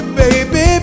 baby